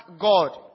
God